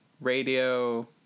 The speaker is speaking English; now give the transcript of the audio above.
radio